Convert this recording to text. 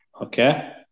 Okay